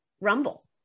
rumble